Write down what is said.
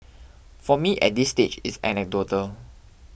for me at this stage it's anecdotal